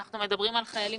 אנחנו מדברים על חיילים